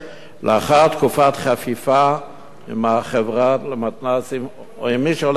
לאחר תקופת חפיפה עם החברה למתנ"סים או עם מי שהולך לעזוב.